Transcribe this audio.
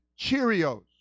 Cheerios